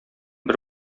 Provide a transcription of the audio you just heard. бер